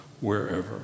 wherever